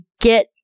get